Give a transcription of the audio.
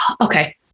okay